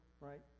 right